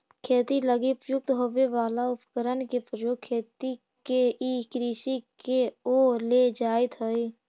खेती लगी उपयुक्त होवे वाला उपकरण के प्रयोग खेती के ई कृषि के ओर ले जाइत हइ